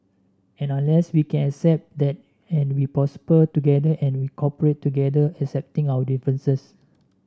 and unless we can accept that and we prosper together and we cooperate together accepting our differences